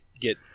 get